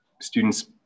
students